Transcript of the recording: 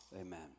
Amen